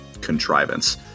contrivance